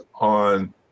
on